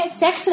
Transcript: sex